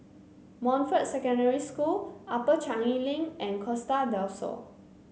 Montfort Secondary School Upper Changi Link and Costa Del Sol